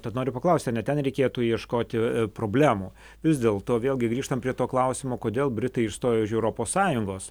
tad noriu paklausti ar ne ten reikėtų ieškoti problemų vis dėlto vėlgi grįžtam prie to klausimo kodėl britai išstojo iš europos sąjungos